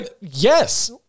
yes